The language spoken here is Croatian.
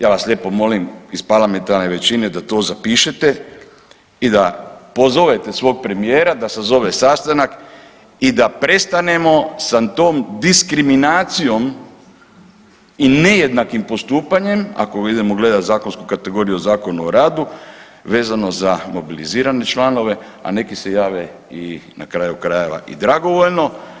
Ja vas lijepo molim iz parlamentarne većine da to zapišete i da pozovete svog premijera da sazove sastanak i da prestanemo sa tom diskriminacijom i nejednakim postupanjem ako idemo gledati zakonsku kategoriju o Zakonu o radu vezano za mobilizirane članove, a neki se jave i na kraju krajeva i dragovoljno.